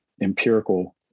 empirical